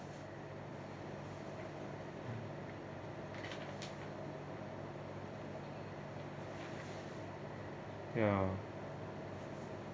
ya